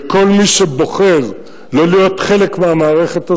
וכל מי שבוחר לא להיות חלק מהמערכת הזאת,